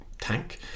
tank